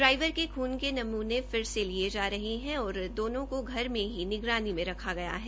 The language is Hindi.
ड्राईवर के खून के नमूने फिर से लिये जा रहे है और दोनों को घर मे ही निगरानी में रखा गया है